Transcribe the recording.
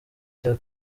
cya